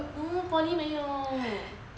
no poly 没有